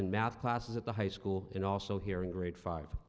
in math classes at the high school and also hearing grade five